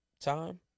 time